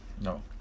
No